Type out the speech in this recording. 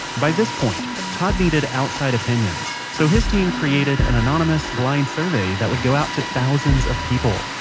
by this point, todd needed outside opinions, so his team created an anonymous, blind survey that would go out to thousands of people.